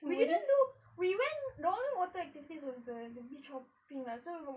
we didn't do we went the only water activity was the the beach hopping lah so